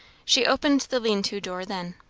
she opened the lean-to door then.